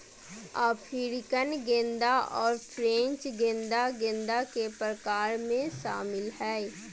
African गेंदा और French गेंदा गेंदा के प्रकार में शामिल हइ